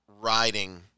riding